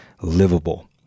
livable